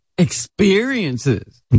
Experiences